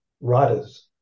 writers